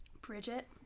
Bridget